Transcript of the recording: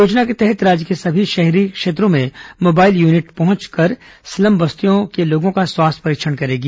योजना के तहत राज्य के सभी शहरी क्षेत्रों में मोबाइल यूनिट पहुंचकर स्लम बस्तियों के लोगों का स्वास्थ्य परीक्षण करेगी